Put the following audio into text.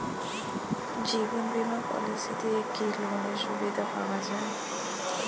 জীবন বীমা পলিসি দিয়ে কি লোনের সুবিধা পাওয়া যায়?